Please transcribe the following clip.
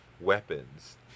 weapons